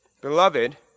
beloved